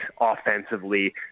offensively